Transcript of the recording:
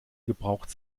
gebraucht